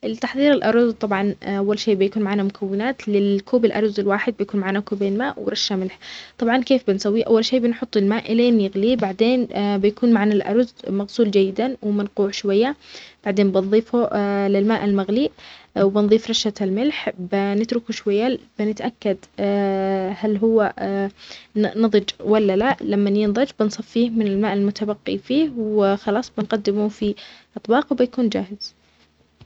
لتحظير الأرز طبعا أول شي بيكون معنا المكونات للكوب الأرز الواحد كوبين ماء ورشة ملح، طبعا كيف بنسويه؟ أول شي بنحط الماء لين يغلي بعدين بيكون معنا الأرزمغسول جيدا ومنقوع شوية بعدين نظيفه للماء المغلي نظيف رشة الملح بنتركه شوية بنتأكد هل نظج و لا لا؟ إذا نظج نصفيه من الماء المتبقي ونقدمه في الطبق و سيكون جاهز.